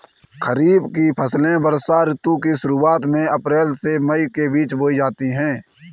खरीफ की फसलें वर्षा ऋतु की शुरुआत में अप्रैल से मई के बीच बोई जाती हैं